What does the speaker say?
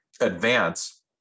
advance